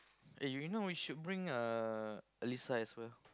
eh you know we should bring uh Allyssa as well